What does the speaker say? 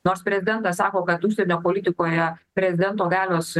nors prezidentas sako kad užsienio politikoje prezidento galios